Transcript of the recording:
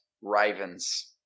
Ravens